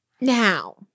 Now